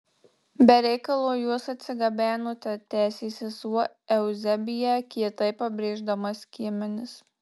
be reikalo juos atsigabenote tęsė sesuo euzebija kietai pabrėždama skiemenis